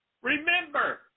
Remember